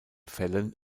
fällen